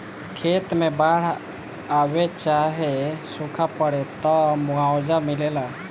खेत मे बाड़ आवे चाहे सूखा पड़े, त मुआवजा मिलेला